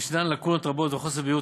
יש לקונות רבות וחוסר בהירות,